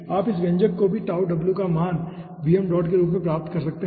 आप इस व्यंजक से भी का मान के रूप में प्राप्त कर सकते हैं